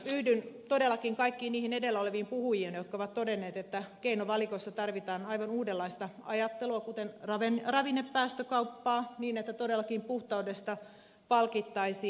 yhdyn todellakin kaikkiin niihin edellä oleviin puhujiin jotka ovat todenneet että keinovalikossa tarvitaan aivan uudenlaista ajattelua kuten ravinnepäästökauppaa niin että puhtaudesta todellakin palkittaisiin